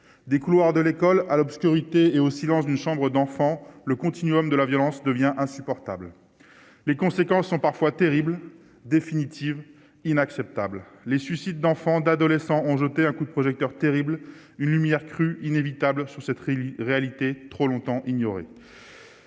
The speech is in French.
des couloirs de l'école à l'obscurité et au silence d'une chambre d'enfant, le continuum de la violence devient insupportable, les conséquences sont parfois terribles définitive inacceptable les suicides d'enfants, d'adolescents ont jeté un coup de projecteur terribles une lumière crue inévitables sur cette réalité trop longtemps ignoré